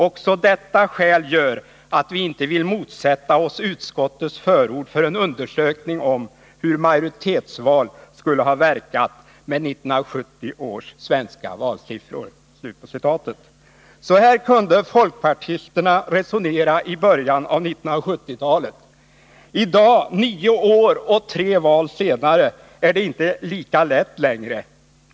Också detta skäl gör att vi inte vill motsätta oss utskottets förord för en undersökning av hur majoritetsval skulle ha verkat med 1970 års svenska valsiffror.” Så kunde folkpartisterna resonera i början av 1970-talet. I dag, nio år och tre val senare, är det inte lika lätt längre.